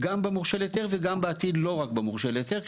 גם במורשה להיתר וגם בעתיד לא רק במורשה להיתר,